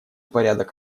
порядок